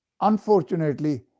unfortunately